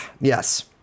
yes